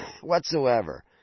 whatsoever